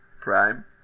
Prime